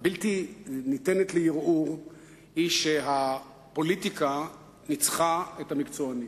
הבלתי-ניתנת לערעור היא שהפוליטיקה ניצחה את המקצוענים.